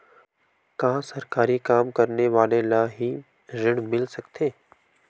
का सरकारी काम करने वाले ल हि ऋण मिल सकथे?